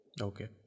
Okay